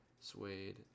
suede